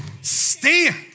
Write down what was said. stand